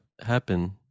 happen